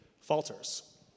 Falters